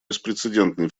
беспрецедентный